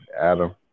Adam